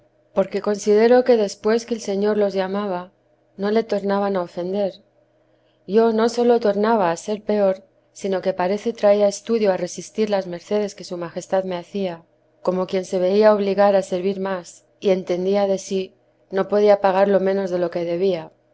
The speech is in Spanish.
porque considero que después que el señor los llamaba no le tornaban a ofender yo no sólo tornaba a ser peor sino que parece traía estudio a resistir las mercedes que su majestad me hacía como quien sé veía obligar a servir más y entendía de sí nopodía pagar lo menos de